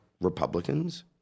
Republicans